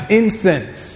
incense